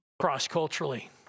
cross-culturally